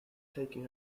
taking